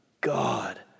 God